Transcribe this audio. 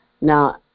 Now